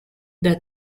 that